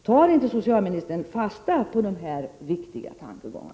Tar inte socialministern fasta på dessa viktiga tankegångar?